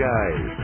guys